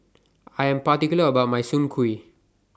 I Am particular about My Soon Kuih